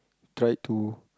tried to